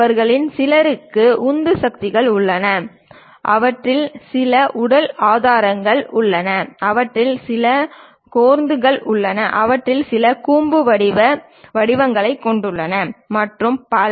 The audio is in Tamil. அவர்களில் சிலருக்கு உந்துசக்திகள் உள்ளன அவற்றில் சில உடல் ஆதரவுகள் உள்ளன அவற்றில் சில கோர்கள் உள்ளன அவற்றில் சில கூம்பு வடிவ வடிவங்களைக் கொண்டுள்ளன மற்றும் பல